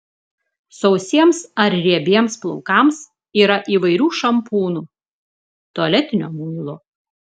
sausiems ar riebiems plaukams yra įvairių šampūnų tualetinio muilo